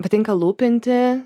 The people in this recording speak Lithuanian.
patinka lūpinti